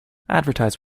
advertise